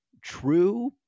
true